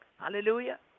Hallelujah